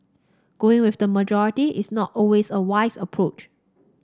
going with the majority is not always a wise approach